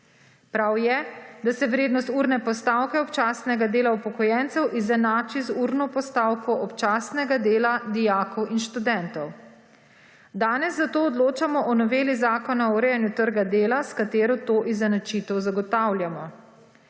Prav je, da se vrednost urne postavke občasnega dela upokojencev izenači z urno postavko občasnega dela dijakov in študentov. Danes za to odločamo o noveli zakona o urejanju trga dela s katero to izenačitev zagotavljamo.